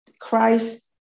Christ